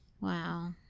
Wow